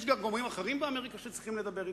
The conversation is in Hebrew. יש גם גורמים אחרים באמריקה שצריכים לדבר אתו,